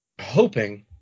hoping